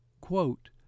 Quote